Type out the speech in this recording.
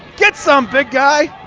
get some big guy.